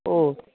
ও